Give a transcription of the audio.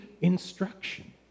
instruction